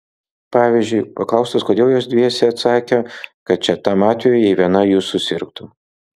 pavyzdžiui paklaustos kodėl jos dviese atsakė kad čia tam atvejui jei viena jų susirgtų